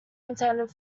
intended